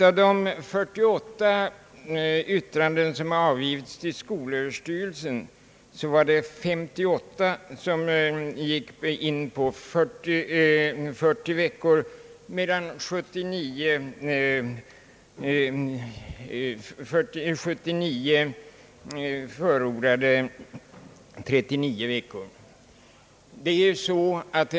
Av de yttranden som avgivits till skolöverstyrelsen förordar 58 ett skolår på 40 veckor, medan 79 yttranden rekommenderar det kortare skolåret.